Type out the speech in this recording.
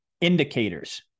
indicators